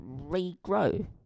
regrow